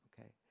Okay